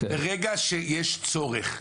ברגע שיש צורך,